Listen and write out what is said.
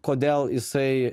kodėl jisai